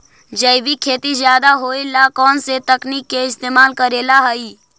जैविक खेती ज्यादा होये ला कौन से तकनीक के इस्तेमाल करेला हई?